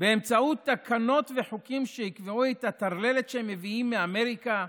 באמצעות תקנות וחוקים שיקבעו את הטרללת שהם מביאים מאמריקה,